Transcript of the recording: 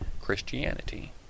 Christianity